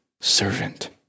servant